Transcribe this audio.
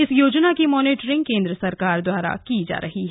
इस योजना की मॉनिटेरिंग केंद्र सरकार द्वारा की जा रही है